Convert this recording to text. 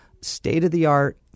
state-of-the-art